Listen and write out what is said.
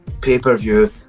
pay-per-view